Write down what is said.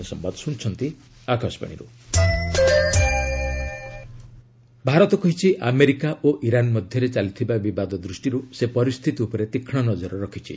MEA US Iran Bharat କହିଛି America ଓ Iran ମଧ୍ୟରେ ଚାଲିଥିବା ବିବାଦ ଦୃଷ୍ଟିରୁ ସେ ପରିସ୍ଥିତି ଉପରେ ତୀକ୍ଷ୍ମ ନଜର ରଖିଛି